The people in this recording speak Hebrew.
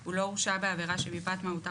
הוא לא הורשע בעבירה שמפאת מהותה,